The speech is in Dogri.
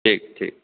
ठीक ठीक